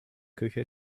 küche